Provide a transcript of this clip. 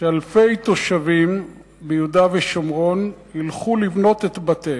שאלפי תושבים ביהודה ושומרון ילכו לבנות את בתיהם.